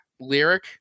lyric